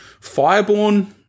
Fireborn